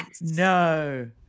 no